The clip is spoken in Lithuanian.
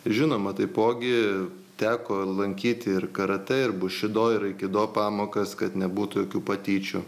žinoma taipogi teko lankyti ir karatė ir bušido ir aikido pamokas kad nebūtų jokių patyčių